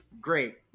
Great